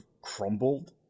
crumbled